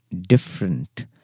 different